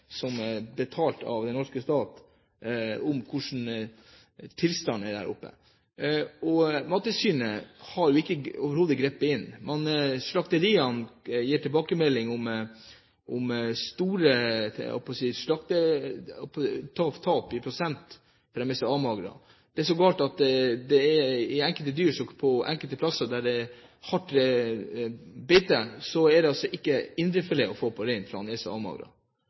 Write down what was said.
som er betalt av den norske stat – om hvordan tilstanden er der oppe. Mattilsynet har overhodet ikke grepet inn. Slakteriene gir tilbakemelding om store slaktetap i prosent, fordi dyrene er så avmagret. Det er så galt at på enkelte plasser med hardt beite er det ikke indrefilet å få på reinen, fordi den er så avmagret. Så det er dyretragedier hver dag. Mattilsynet har ansvaret, og